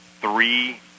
three